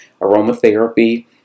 aromatherapy